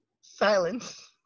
Silence